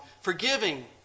forgiving